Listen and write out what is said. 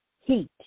heat